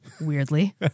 weirdly